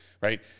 right